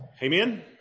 Amen